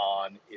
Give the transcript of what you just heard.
on